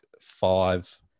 five